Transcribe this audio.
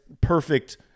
perfect